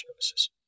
services